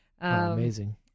Amazing